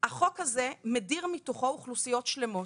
החוק הזה מדיר מתוכו אוכלוסיות שלמות.